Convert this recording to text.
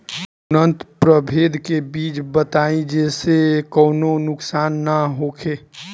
उन्नत प्रभेद के बीज बताई जेसे कौनो नुकसान न होखे?